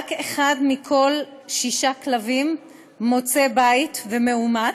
רק אחד מכל שישה כלבים מוצא בית ומאומץ.